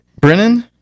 Brennan